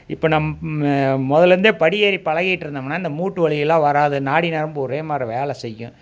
இப்போ நம் முதலருந்தே படி ஏறி பழகிட்ருந்தமுன்னா இந்த மூட்டு வலியெல்லாம் வராது நாடிநரம்பு ஒரே மாதிரி வேலை செய்யும்